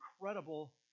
incredible